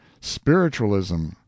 spiritualism